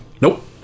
Nope